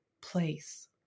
place